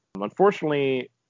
Unfortunately